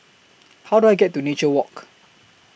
How Do I get to Nature Walk